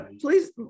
please